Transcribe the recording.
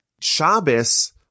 Shabbos